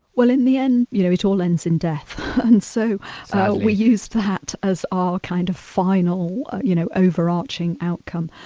well in the end you know it all ends in death and so we used that as our kind of final, you know, overarching outcome.